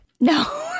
no